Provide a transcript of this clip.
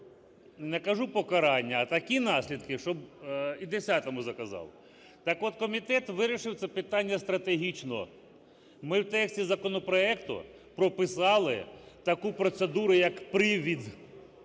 не кажу "покарання", а такі наслідки, щоб і десятому заказав. Так от комітет вирішив це питання стратегічно. Ми в тексті законопроекту прописали таку процедуру, як привід.